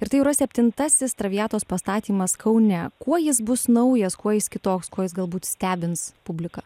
ir tai jau yra septintasis traviatos pastatymas kaune kuo jis bus naujas kuo jis kitoks kuo jis galbūt stebins publiką